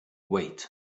wait